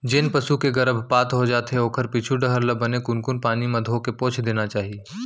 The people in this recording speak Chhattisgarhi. जेन पसू के गरभपात हो जाथे ओखर पीछू डहर ल बने कुनकुन पानी म धोके पोंछ देना चाही